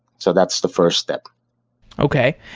so that's the first step okay.